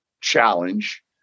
challenge